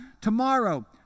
Tomorrow